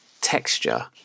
texture